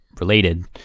related